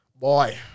Boy